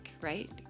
right